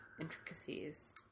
intricacies